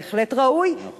בהחלט ראוי, מאה אחוז.